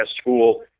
school